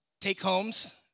take-homes